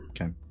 Okay